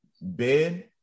Ben –